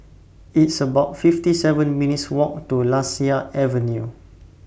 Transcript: It's about fifty seven minutes' Walk to Lasia Avenue